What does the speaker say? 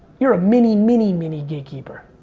your a mini mini mini gatekeeper.